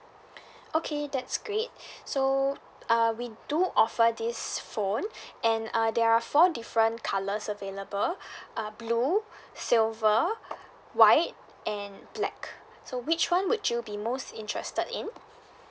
okay that's great so uh we do offer this phone and uh there are four different colours available uh blue silver white and black so which [one] would you be most interested in